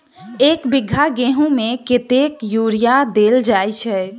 एक बीघा गेंहूँ मे कतेक यूरिया देल जाय छै?